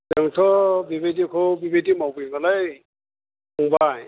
जोंथ' बेबादिखौ बेबायदि मावफै बालाय गबाय